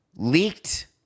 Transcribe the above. Leaked